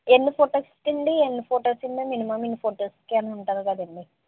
ఎన్ని ఫోటోస్కి అండీ ఎన్ని ఫొటోస్ అండీ మినిమమ్ ఇన్ని ఫోటోస్కని ఉంటుంది కదండీ